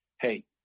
hey